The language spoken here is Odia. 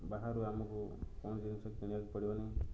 ବାହାରୁ ଆମକୁ କୌଣସି ଜିନିଷ କିଣିବାକୁ ପଡ଼ିବ ନାହିଁ